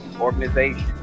organization